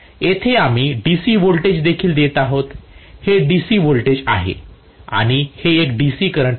येथे आम्ही DC voltage देखील देत आहोत हे DC व्होल्टेज आहे आणि हे एक DC करंट आहे